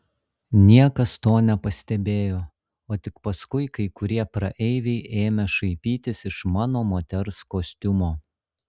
niekas to nepastebėjo o tik paskui kai kurie praeiviai ėmė šaipytis iš mano moters kostiumo